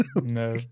No